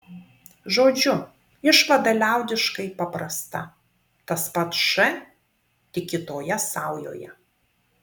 žodžiu išvada liaudiškai paprasta tas pats š tik kitoje saujoje